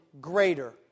greater